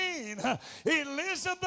Elizabeth